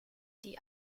die